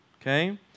Okay